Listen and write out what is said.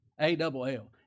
A-double-L